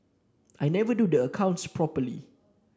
I never do the accounts properly